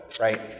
right